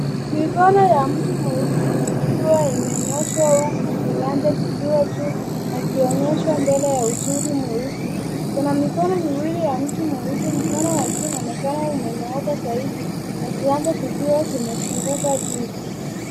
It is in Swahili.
Mikono ya mtu mweusi ikiwa imenyooshwa huku kiganjo kikiwa juu na kionyeshwa mbele ya misuli mweusi. Kuna mikono miwili ya mtu mweusi, mkono wa juu unaonekana umenyooka zaidi na kiganjo kikiwa kimefunguka juu.